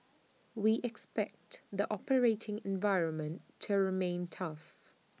we expect the operating environment to remain tough